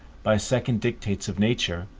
by second dictates of nature,